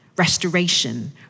restoration